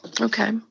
Okay